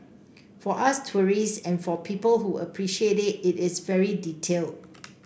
for us tourists and for people who appreciate it it is very detailed